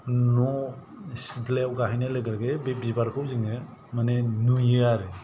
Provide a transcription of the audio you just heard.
न' सिथ्लायाव गाहैनाय लोगो लोगो बे बिबारखौ जोङो माने नुयो आरो